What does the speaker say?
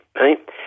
right